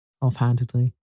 offhandedly